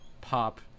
pop